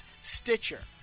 Stitcher